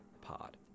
pod